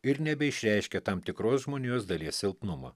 ir nebeišreiškia tam tikros žmonijos dalies silpnumo